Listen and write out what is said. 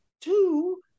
two